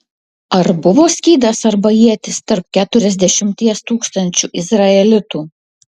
ar buvo skydas arba ietis tarp keturiasdešimties tūkstančių izraelitų